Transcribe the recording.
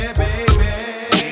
baby